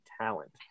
talent